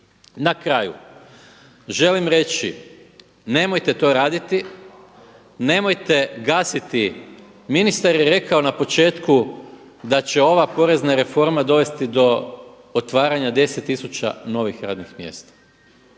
Na kraju želim reći nemojte to raditi, nemojte gasiti. Ministar je rekao na početku da će ova porezna reforma dovesti do otvaranja 10000 novih radnih mjesta.